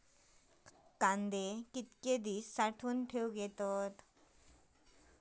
कांदे कितके दिवस साठऊन ठेवक येतत?